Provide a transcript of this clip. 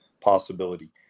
possibility